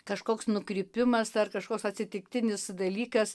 kažkoks nukrypimas ar kažkoks atsitiktinis dalykas